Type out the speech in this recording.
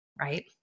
right